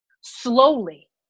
Slowly